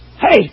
Hey